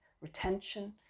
retention